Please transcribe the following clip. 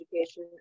education